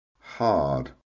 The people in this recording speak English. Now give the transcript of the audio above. hard